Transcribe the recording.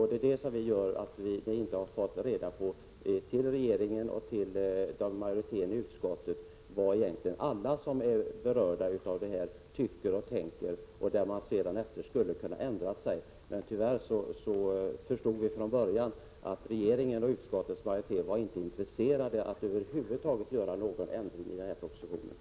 Det är det som gör att varken regeringen eller utskottsmajoriteten har fått veta vad alla som är berörda av det här förslaget tycker och tänker. Efter en sådan fullständig remissomgång skulle man ju ha kunnat ändra sig. Men vi förstod från början att regeringen och utskottets majoritet tyvärr inte var intresserade av att över huvud taget göra någon ändring i propositionen.